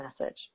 message